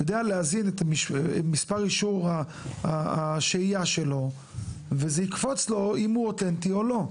יודע להזין את מספר אישור השהייה שלו וזה יקפוץ לו אם הוא אותנטי או לא.